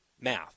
math